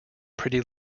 pretty